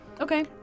okay